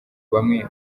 bamwe